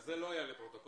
זה לא היה לפרוטוקול.